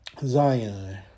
Zion